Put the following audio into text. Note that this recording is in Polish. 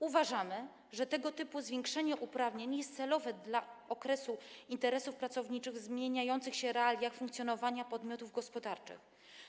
Uważamy, że tego typu zwiększenie uprawień jest celowe dla ochrony interesów pracowniczych w zmieniających się realiach funkcjonowania podmiotów gospodarczych.